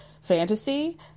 fantasy